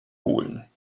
holen